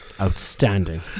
outstanding